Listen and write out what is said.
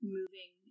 moving